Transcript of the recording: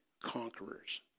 conquerors